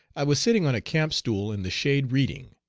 i was sitting on a camp-stool in the shade reading.